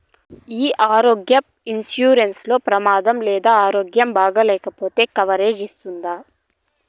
ఈ ఆరోగ్య ఇన్సూరెన్సు లో ప్రమాదం లేదా ఆరోగ్యం బాగాలేకపొతే కవరేజ్ ఇస్తుందా?